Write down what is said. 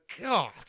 God